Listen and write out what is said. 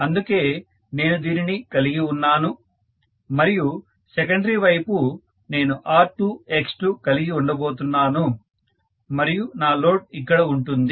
అందుకే నేను దీనిని కలిగి ఉన్నాను మరియు సెకండరీ వైపు నేను R2X2 కలిగి ఉండబోతున్నాను మరియు నా లోడ్ ఇక్కడ ఉంటుంది